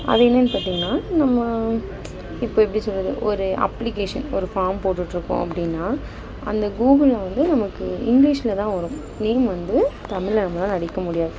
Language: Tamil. அது என்னென்னு பார்த்திங்கன்னா நம்ம இப்போ எப்படி சொல்கிறது ஒரு அப்ளிகேஷன் ஒரு ஃபார்ம் போட்டுட்ருக்கோம் அப்படின்னா அந்த கூகுளில் வந்து நமக்கு இங்கிலீஷில் தான் வரும் நேம் வந்து தமிழில் நம்மளால் அடிக்க முடியாது